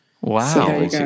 Wow